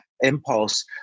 impulse